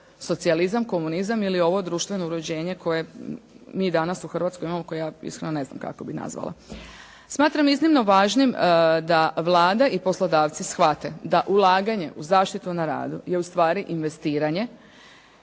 socijalizam, komunizam ili ovo društveno uređenje koje mi danas u Hrvatskoj imamo koje ja iskreno ne znam kako bih nazvala. Smatram iznimno važnim da Vlada i poslodavci shvate da ulaganje u zaštitu na radu je u stvari investiranje